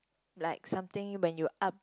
like something when you up